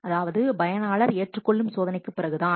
அதாவது பயனாளர் ஏற்றுக்கொள்ளும் சோதனைக்குப் பிறகுதான்